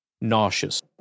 nauseous